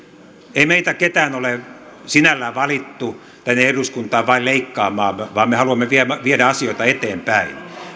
ei meitä ketään ole sinällään valittu tänne eduskuntaan vain leikkaamaan vaan me haluamme viedä viedä asioita eteenpäin